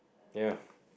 ya